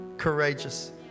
Courageous